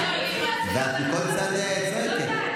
ואת מכל צד צועקת,